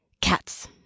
Cats